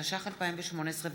התשע"ח 2018,